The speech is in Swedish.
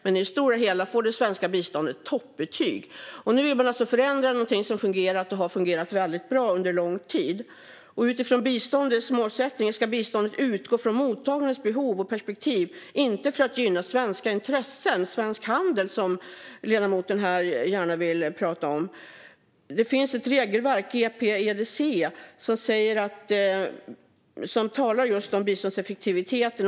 Men i det stora hela får det svenska biståndet toppbetyg. Nu vill man alltså förändra någonting som fungerar och har fungerat väldigt bra under lång tid. Utifrån biståndets målsättning ska biståndet utgå från mottagarens behov och perspektiv, inte från att gynna svenska intressen och svensk handel som ledamoten här gärna vill prata om. Det finns ett regelverk, GPEDC, där det talas om just biståndeffektiviteten.